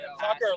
Tucker